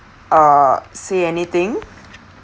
uh say anything